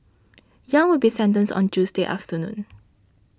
Yang will be sentenced on Tuesday afternoon